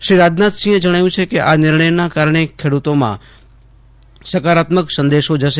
શ્રી રાજનાથસિંહે જજ્ઞાવ્યું છે કે આ નિર્ણયના કારજ્ઞે ખેડૂતોમાં સકારાત્યક સંદેશો જશે